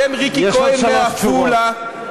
בשם ריקי כהן מעפולה,